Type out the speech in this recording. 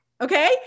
Okay